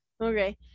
okay